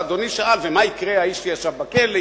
אדוני שאל מה יקרה על האיש שישב בכלא,